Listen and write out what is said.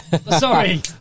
Sorry